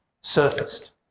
surfaced